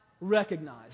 recognize